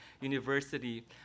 University